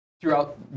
throughout